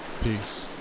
peace